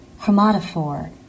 chromatophore